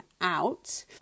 out